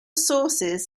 sources